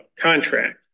contract